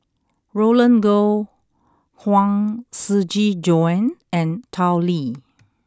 Roland Goh Huang Shiqi Joan and Tao Li